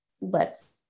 lets